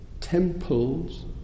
temples